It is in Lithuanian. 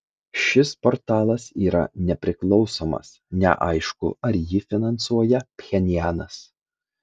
šis portalas yra nepriklausomas neaišku ar jį finansuoja pchenjanas